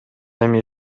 эми